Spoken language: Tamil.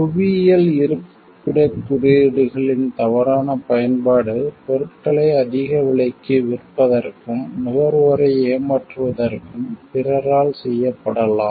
புவியியல் இருப்பிடக் குறியீடுகளின் தவறான பயன்பாடு பொருட்களை அதிக விலைக்கு விற்பதற்கும் நுகர்வோரை ஏமாற்றுவதற்கும் பிறரால் செய்யப்படலாம்